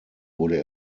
wurde